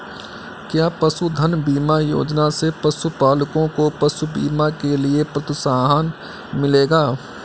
क्या पशुधन बीमा योजना से पशुपालकों को पशु बीमा के लिए प्रोत्साहन मिलेगा?